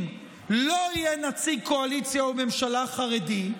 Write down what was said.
לא יהיה נציג קואליציה או ממשלה חרדי,